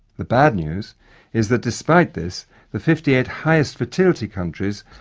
the bad news is that despite this the fifty eight highest fertility countries,